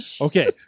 Okay